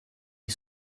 est